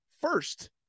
first—